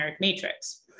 matrix